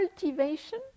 cultivation